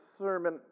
sermon